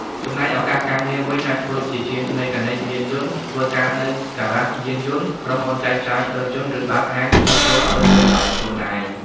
ចំណែកឱកាសការងារវិញ អាចធ្វើជាជាងមេកានិកយានយន្ត ធ្វើការនៅហ្គារ៉ាសរថយន្ត ក្រុមហ៊ុនចែកចាយរថយន្ត ឬបើកហាងជួសជុលរថយន្តដោយខ្លួនឯង។